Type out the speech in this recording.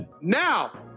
Now